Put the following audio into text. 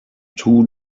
two